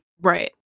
Right